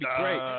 great